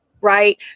right